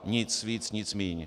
Nic víc, nic míň.